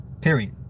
period